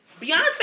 Beyonce